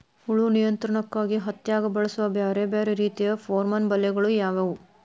ಹುಳು ನಿಯಂತ್ರಣಕ್ಕಾಗಿ ಹತ್ತ್ಯಾಗ್ ಬಳಸುವ ಬ್ಯಾರೆ ಬ್ಯಾರೆ ರೇತಿಯ ಪೋರ್ಮನ್ ಬಲೆಗಳು ಯಾವ್ಯಾವ್?